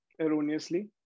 erroneously